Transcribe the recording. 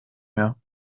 mehr